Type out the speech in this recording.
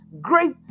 great